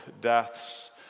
death's